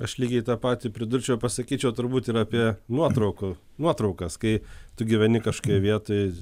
aš lygiai tą patį pridurčiau pasakyčiau turbūt ir apie nuotraukų nuotraukas kai tu gyveni kažkokioj vietoj